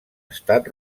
estat